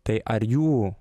tai ar jų